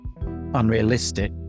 unrealistic